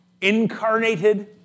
incarnated